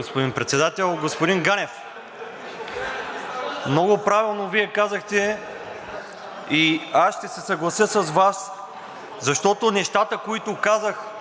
господин Председател. Господин Ганев, много правилно Вие казахте и аз ще се съглася с Вас, защото нещата, които казах